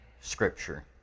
Scripture